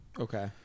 Okay